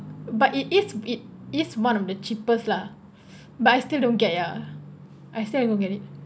but it is it is one of the cheapest lah but I still don't get ya I still don't get it